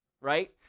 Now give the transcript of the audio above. right